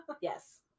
yes